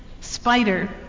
Spider